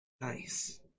Nice